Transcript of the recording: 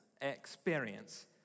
experience